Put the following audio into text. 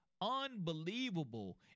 unbelievable